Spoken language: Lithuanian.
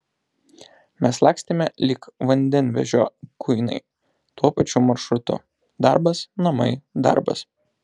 mes lakstėme lyg vandenvežio kuinai tuo pačiu maršrutu darbas namai darbas